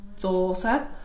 daughter